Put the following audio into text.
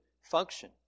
function